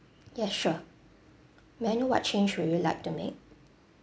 ya sure may I know what change would you like to make